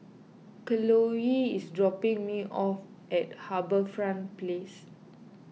Chloie is dropping me off at HarbourFront Place